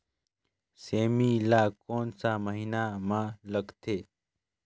सेमी ला कोन सा महीन मां लगथे?